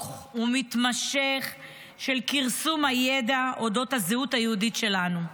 ומתמשך של כרסום הידע אודות הזהות היהודית שלנו,